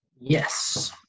Yes